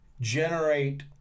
generate